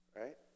right